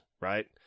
right